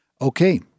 Okay